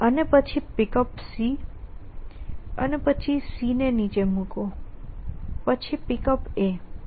અને પછી Pickup અને પછી C ને નીચે મૂકો અને પછી Pickup